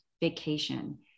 vacation